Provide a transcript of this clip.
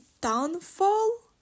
downfall